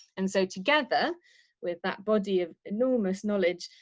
and so, together with that body of enormous knowledge,